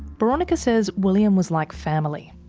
boronika says william was like family.